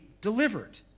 delivered